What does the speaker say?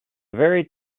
very